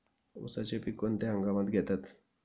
उसाचे पीक कोणत्या हंगामात घेतात?